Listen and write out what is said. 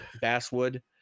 basswood